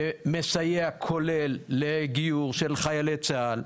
שמסייע, כולל לגיור של חיילי צה"ל,